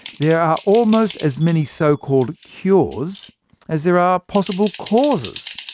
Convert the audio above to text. there are almost as many so-called cures as there are possible causes.